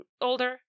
older